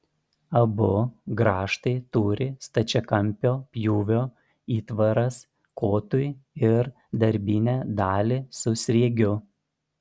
abu grąžtai turi stačiakampio pjūvio įtvaras kotui ir darbinę dalį su sriegiu